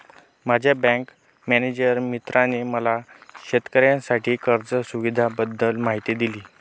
माझ्या bank manager मित्राने मला शेतकऱ्यांसाठी कर्ज सुविधांबद्दल माहिती दिली